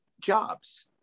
jobs